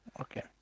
Okay